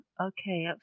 okay